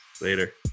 later